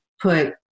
put